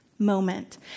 Moment